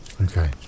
Okay